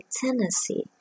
Tennessee